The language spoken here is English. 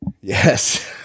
yes